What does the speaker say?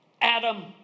Adam